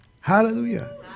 Hallelujah